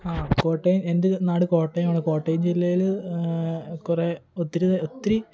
ആഹ് കോട്ടയം എന്റെ നാട് കോട്ടയമാണ് കോട്ടയം ജില്ലയില് കുറെ ഒത്തിരി ഒത്തിരി